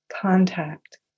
contact